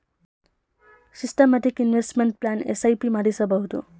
systematic investment plan SIP ಮಾಡಿಸಬಹುದು